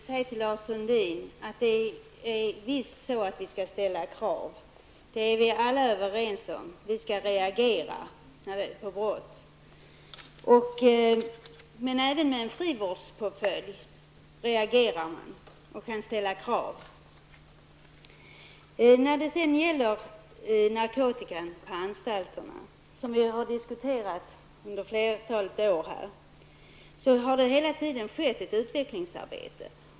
Herr talman! Jag vill börja med att säga till Lars Sundin att vi visst skall ställa krav. Det är vi alla överens om. Vi skall reagera på brott. Men även med en frivårdspåföljd reagerar man och kan ställa krav. Narkotikan på anstalterna har vi diskuterat under flera år. Det har hela tiden skett ett utvecklingsarbete.